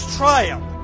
triumph